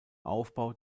aufbau